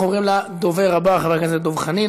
אנחנו עוברים לדובר הבא, חבר הכנסת דב חנין.